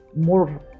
more